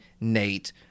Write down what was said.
nate